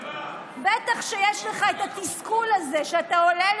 בטח שיש לך את התסכול הזה כשאתה עולה